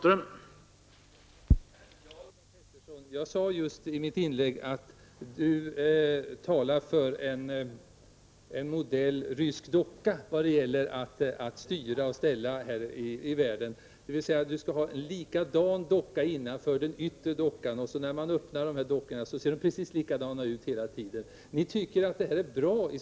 Herr talman! Jag sade i mitt inlägg att Ulla Pettersson talar för en modell av typen rysk docka när det gäller att styra och ställa här i världen. Hon vill alltså att dockorna skall se likadana ut, dvs. när man öppnar den ena hittar man en likadan innanför, osv.